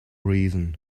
reason